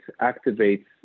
activates